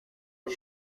his